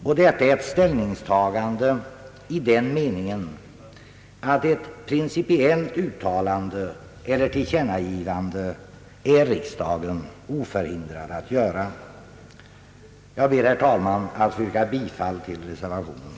Detta är ett ställningstagande i den meningen, att ett principiellt uttalande eller tillkännagivande är riksdagen oförhindrad att göra. Jag ber, herr talman, att få yrka bifall till reservationen.